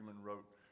wrote